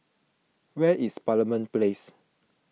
where is Parliament Place